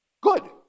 Good